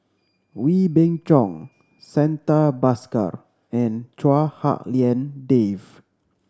Wee Beng Chong Santha Bhaskar and Chua Hak Lien Dave